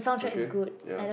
okay ya